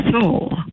soul